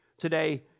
Today